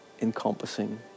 encompassing